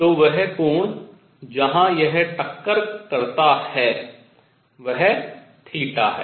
तो वह कोण जहां यह टक्कर करता है वह थीटा है